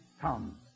Come